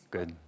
Good